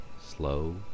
Slow